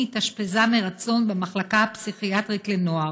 התאשפזה מרצון במחלקה הפסיכיאטרית לנוער.